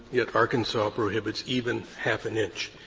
yet arkansas prohibits even half an inch.